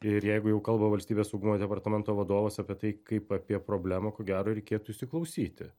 ir jeigu jau kalba valstybės saugumo departamento vadovas apie tai kaip apie problemą ko gero reikėtų įsiklausyti